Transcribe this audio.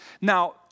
Now